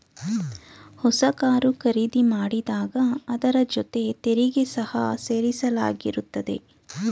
ಹೊಸ ಕಾರು ಖರೀದಿ ಮಾಡಿದಾಗ ಅದರ ಜೊತೆ ತೆರಿಗೆ ಸಹ ಸೇರಿಸಲಾಗಿರುತ್ತದೆ